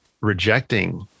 rejecting